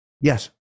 Yes